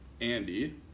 Andy